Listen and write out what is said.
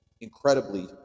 incredibly